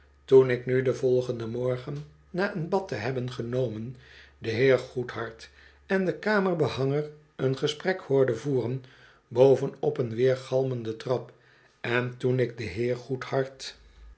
toen ik nu den volgenden morgen na een bad te hebben genomen den heer goedhart en den kamerbehanger een gesprek hoorde voeren boven op een weergalmende trap en toen ik den heer goedhart